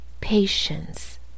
patience